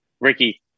Ricky